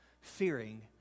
fearing